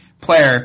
player